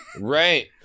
Right